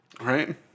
Right